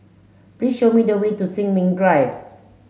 please show me the way to Sin Ming Drive